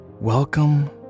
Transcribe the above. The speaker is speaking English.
Welcome